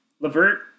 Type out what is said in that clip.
Levert